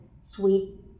sweet